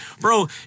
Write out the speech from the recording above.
bro